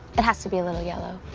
it has to be a little yellow.